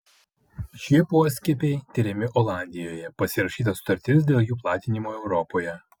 šie poskiepiai tiriami olandijoje pasirašyta sutartis dėl jų platinimo europoje